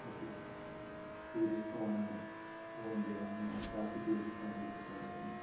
ਮਤਲਬ ਟੂਰਿਸਟ ਹੋਣ ਉਹ ਆਉਂਦੇ ਹਨ ਜਾਂ ਅਸੀਂ ਟੂਰਿਸਟ ਬਣ ਕੇ ਕਿਤੇ ਜਾਂਦੇ ਹਨ